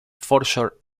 foreshore